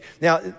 Now